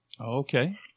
Okay